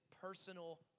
personal